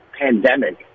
pandemic